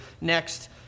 next